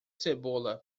cebola